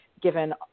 given